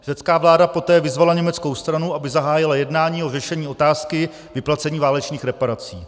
Řecká vláda poté vyzvala německou stranu, aby zahájila jednání o řešení otázky vyplacení válečných reparací.